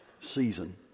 season